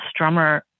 Strummer